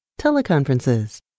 teleconferences